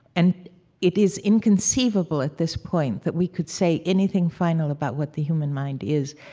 and it is inconceivable at this point that we could say anything final about what the human mind is,